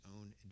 own